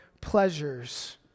pleasures